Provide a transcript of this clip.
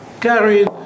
carried